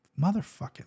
Motherfucking